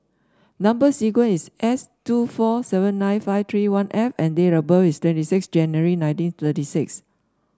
number sequence is S two four seven nine five three one F and date of birth is twenty six January nineteen thirty six